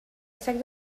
sec